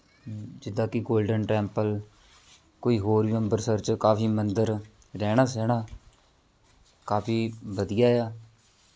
ਜਿੱਦਾਂ ਕਿ Golden Temple ਕੋਈ ਹੋਰ ਅੰਬਰਸਰ 'ਚ ਕਾਫੀ ਮੰਦਰ ਰਹਿਣਾ ਸਹਿਣਾ ਕਾਫੀ ਵਧੀਆ ਆ